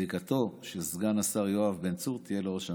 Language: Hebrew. זיקתו של סגן השר יואב בן צור תהיה לראש הממשלה,